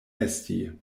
esti